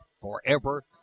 forever